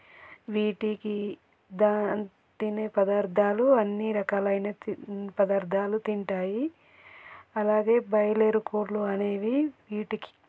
వీటికి దాన్ తినే పదార్ధాలు అన్నీ రకాలైన తిన్ పదార్ధాలు తింటాయి అలాగే బయిలేరు కోళ్ళు అనేవి వీటికి